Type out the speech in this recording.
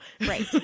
Right